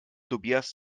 tobias